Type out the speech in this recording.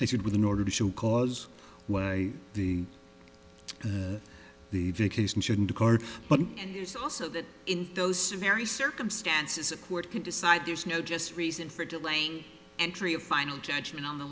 they sued with an order to show cause why the the the vacation shouldn't card but there's also that in those very circumstances a court can decide there's no just reason for delaying entry of final judgment on the